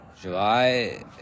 July